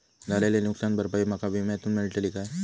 झालेली नुकसान भरपाई माका विम्यातून मेळतली काय?